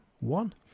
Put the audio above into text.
one